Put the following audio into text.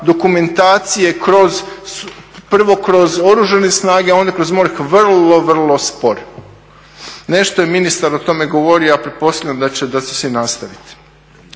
dokumentacije kroz, prvo kroz Oružane snage, onda kroz MORH vrlo, vrlo spor. Nešto je ministar o tome govorio, ja pretpostavljam da će se i nastaviti.